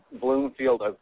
Bloomfield